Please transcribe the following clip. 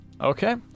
Okay